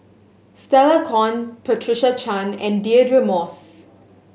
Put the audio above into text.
Stella Kon Patricia Chan and Deirdre Moss